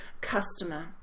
customer